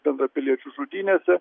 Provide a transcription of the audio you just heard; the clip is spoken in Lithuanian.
bendrapiliečių žudynėse